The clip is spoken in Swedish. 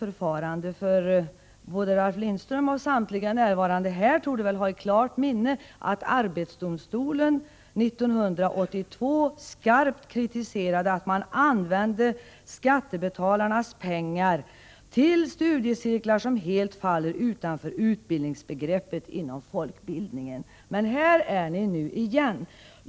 Ralf Lindström torde väl, liksom samtliga närvarande, ha i gott minne att arbetsdomstolen 1982 skarpt kritiserade att man använde skattebetalarnas pengar till studiecirklar som helt faller utanför utbildningsbegreppet inom folkbildningen. Här är ni nu igen!